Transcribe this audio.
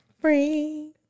free